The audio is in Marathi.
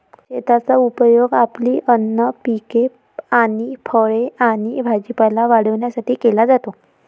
शेताचा उपयोग आपली अन्न पिके आणि फळे आणि भाजीपाला वाढवण्यासाठी केला जातो